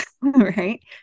right